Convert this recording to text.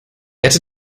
hätte